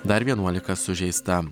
dar vienuolika sužeista